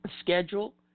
Schedule